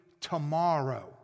tomorrow